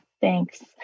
Thanks